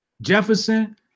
Jefferson